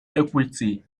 equity